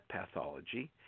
pathology